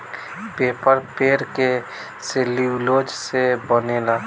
paper पेड़ के cellulose से बनेला